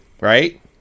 right